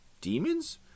Demons